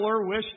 wish